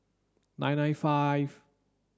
nine nine five